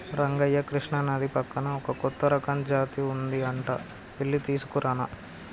రంగయ్య కృష్ణానది పక్కన ఒక కొత్త రకం జాతి ఉంది అంట వెళ్లి తీసుకురానా